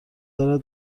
دارد